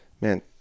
man